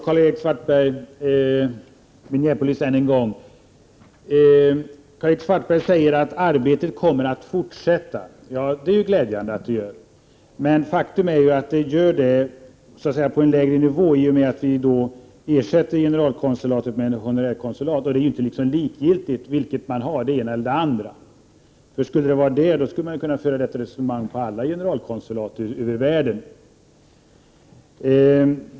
Herr talman! Karl-Erik Svartberg säger att arbetet i Minneapolis kommer att fortsätta. Det är ju glädjande. Men faktum är att arbetet fortsätter på en lägre nivå i och med att vi ersätter generalkonsulatet med ett honorärkonsu lat. Det är inte likgiltigt om man har den ena eller den andra typen av konsulat. Om det varit på det sättet skulle man kunnat föra samma resonemang om alla generalkonsulat runt om i världen.